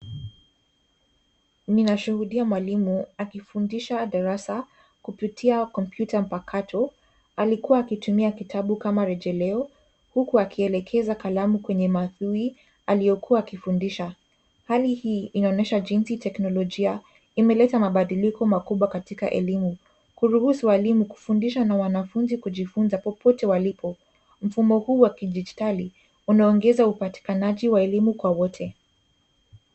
Ninashuhudia mwalimu, akifundisha darasa, kupitia kompyuta mpakato, alikuwa akitumia kitabu kama rejeleo, huku akielekeza kalamu kwenye maudhui aliyokuwa akifundisha. Hali hii inaonyesha jinsi teknolojia imeleta mabadiliko makubwa katika elimu, kuruhusu walimu kufundisha na wanafunzi kujifunza popote walipo. Mfumo huu wa kidijitali ,unaongeza upatikanaji wa elimu kwa wote.